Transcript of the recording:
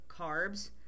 carbs